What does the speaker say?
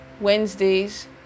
Wednesdays